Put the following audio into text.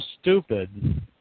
stupid